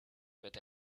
but